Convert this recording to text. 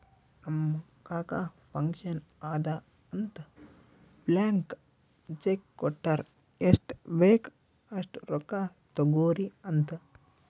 ನಮ್ ಕಾಕಾ ಫಂಕ್ಷನ್ ಅದಾ ಅಂತ್ ಬ್ಲ್ಯಾಂಕ್ ಚೆಕ್ ಕೊಟ್ಟಾರ್ ಎಷ್ಟ್ ಬೇಕ್ ಅಸ್ಟ್ ರೊಕ್ಕಾ ತೊಗೊರಿ ಅಂತ್